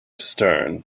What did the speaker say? stern